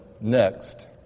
next